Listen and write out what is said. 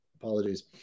Apologies